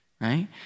right